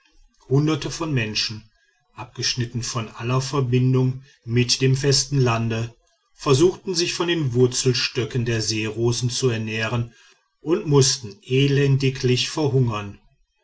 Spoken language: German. hunderte von menschen abgeschnitten von aller verbindung mit dem festen lande versuchten sich von den wurzelstöcken der seerosen zu ernähren und mußten elendiglich verhungern